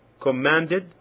commanded